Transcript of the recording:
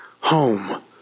home